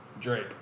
Drake